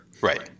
Right